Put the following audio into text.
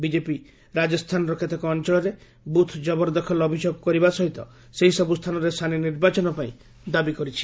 BJP ରାଜସ୍ଥାନର କେତେକ ଅଞ୍ଚଳରେ ବୁଥ୍ ଜବରଦଖଲ ଅଭିଯୋଗ କରିବା ସହିତ ସେହି ସବୁ ସ୍ଥାନରେ ସାନି ନିର୍ବାଚନ ପାଇଁ ଦାବି କରିଛି